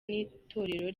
n’itorero